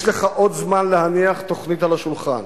יש לך עוד זמן להניח תוכנית על השולחן.